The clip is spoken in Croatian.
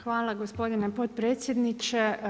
Hvala gospodine potpredsjedniče.